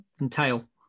entail